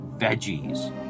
veggies